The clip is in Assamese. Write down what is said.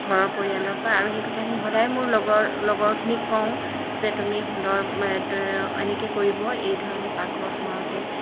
ঘৰৰ পৰিয়ালৰ পৰা আৰু সেই কথাখিনি সদায় মোৰ লগৰ লগৰখিনিক কওঁ যে তুমি সুন্দৰ এনেকৈ কৰিব এইধৰণে পাকঘৰত সোমাওতে